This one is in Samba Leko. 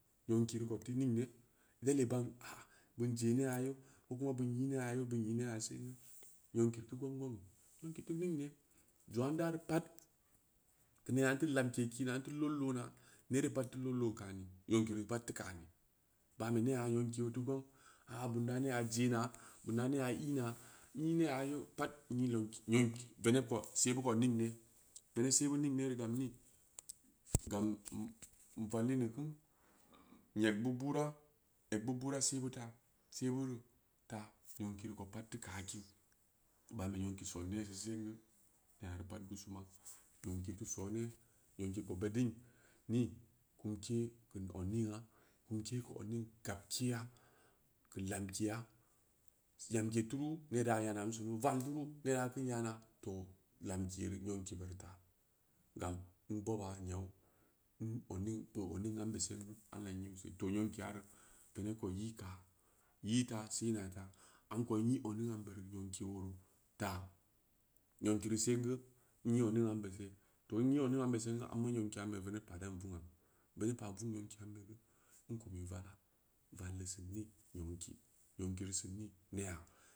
Nyonkireu ko teu ningni, na lee ban haa bin je nengna yoo, ogu bin i nengna yoo bin i nengna se, nyonki teu gongneu? Nyonki teu ningni, zongnna n daa reu pad, keu nema nteu lamke kiina n lod loona, neree pad teu lod kaani, nyonki reu pad teu lod kaani, nyonki reu pad teu lod kaani, nyonki reu pad teu kaani, bamɓe nengna nyanbi oo tu gong aa bin da nengua jeena, bin da nengna i, na, n i, nengna yoo pad yilu vened ko se’ bu ko mingne veneɓ se bu ningni reu gam nii? Gamm valli noo ka, n eg bu buura eg bu buusa se’ but aa, se’bu faa, nyonki reu ko pad teu kaakim bamɓa nyonki reu son neereu sigu, neeku pad gusuma, nyonki teu sooni nyonki ko beddin nii? Kumke keu odningna, kumke keu odining gab-keya, keu lamkeya, lamke tura nee da yaana am sumu val turu nee ram kam yaana, to lamkee reu nyonki be reu taa gam n boba nyaa n odning n ko o dning amɓe sengu allah n ayi’u se, to nyonkiya reu veneb ko i kaan, nyi taa se nyata amko nyi odning ambe reu nyenki ooru, da nyenki reu sengu, nyi odning amɓbe se, to n nyi oduning ambe sengu amma nyonki amɓe veneb pa rom vungna, veneb pai vung nynkim ma gau n kumi vala, valleu sin ni? Nyonki nyonki reu sim ni? Rea.